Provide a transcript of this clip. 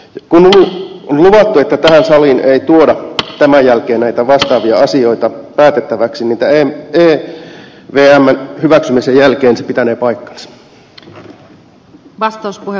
kun on luvattu että tähän saliin ei tuoda tämän jälkeen näitä vastaavia asioita päätettäväksi niin tämän evmn hyväksymisen jälkeen se pitänee paikkansa